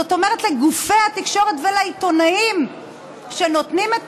זאת אומרת לגופי התקשורת ולעיתונאים שנותנים את